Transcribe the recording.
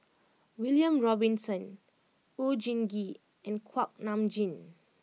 William Robinson Oon Jin Gee and Kuak Nam Jin